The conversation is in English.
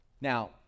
Now